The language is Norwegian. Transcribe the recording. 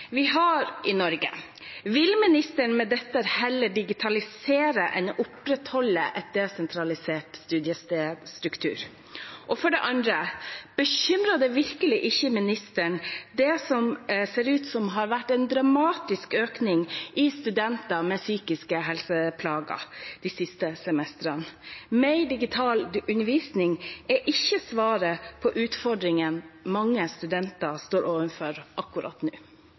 vi har i Norge: Vil statsråden med dette heller digitalisere enn å opprettholde en desentralisert studiestedstruktur? For det andre: Bekymrer det virkelig ikke statsråden, det som ser ut til å ha vært en dramatisk økning i antall studenter med psykiske helseplager de siste semestrene? Mer digital undervisning er ikke svaret på utfordringene mange studenter står overfor akkurat nå.